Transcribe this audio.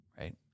Right